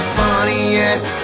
funniest